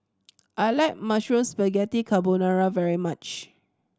I like Mushroom Spaghetti Carbonara very much